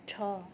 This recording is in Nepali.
छ